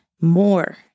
more